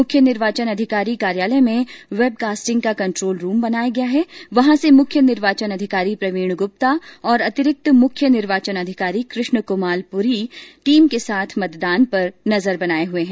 मुख्य निर्वाचन अधिकारी कार्यालय में वेबकास्टिंग कंट्रोल रूम बनाया गया है वहां से मुख्य निर्वाचन अधिकारी प्रवीण ग्प्ता और अतिरिक्त मुख्य निर्वाचन अधिकारी कृष्ण कुणाल पुरी टीम के साथ मतदान पर नजर बनाए हुए है